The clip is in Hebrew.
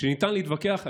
שניתן להתווכח עליה,